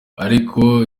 ariko